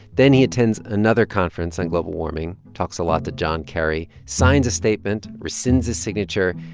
then he attends another conference on global warming, talks a lot to john kerry, signs a statement, rescinds his signature.